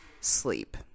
sleep